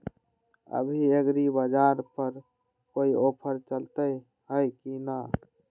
अभी एग्रीबाजार पर कोई ऑफर चलतई हई की न?